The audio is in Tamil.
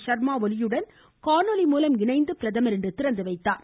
ஷர்மா ஒலியுடன் காணொலி மூலம் இணைந்து பிரதமர் இன்று திறந்துவைத்தார்